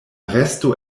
resto